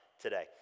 today